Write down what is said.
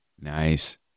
Nice